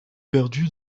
perdus